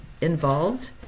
involved